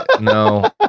no